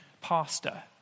pastor